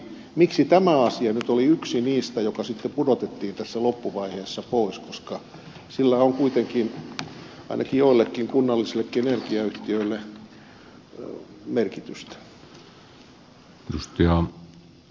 miksi tämä asia nyt oli yksi niistä jotka sitten pudotettiin tässä loppuvaiheessa pois koska sillä on kuitenkin ainakin joillekin kunnallisillekin energiayhtiöille merkitystä